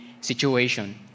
Situation